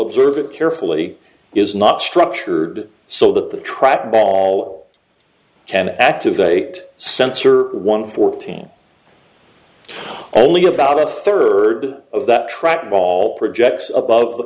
observe it carefully is not structured so that the trackball and activate sensor one fourteen only about a third of that trackball projects above the